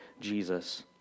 Jesus